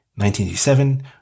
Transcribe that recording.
1987